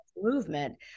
movement